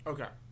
Okay